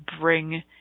bring